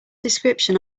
description